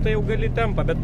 tai jau gali tempą bet